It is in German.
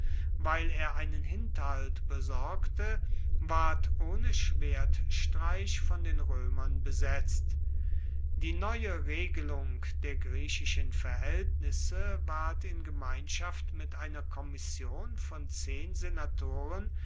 weil er einen hinterhalt besorgte ward ohne schwertstreich von den römern besetzt die neue regelung der griechischen verhältnisse ward in gemeinschaft mit einer kommission von zehn senatoren